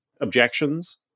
objections